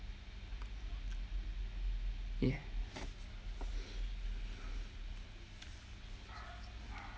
yeah